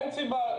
אין סיבה,